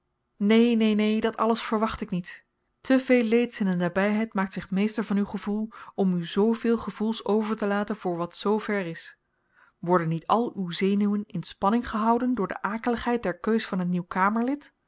neen neen neen dat alles verwacht ik niet te veel leeds in de nabyheid maakt zich meester van uw gevoel om u z veel gevoels overtelaten voor wat zoo ver is worden niet al uw zenuwen in spanning gehouden door de akeligheid der keus van een nieuw kamerlid